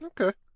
Okay